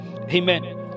Amen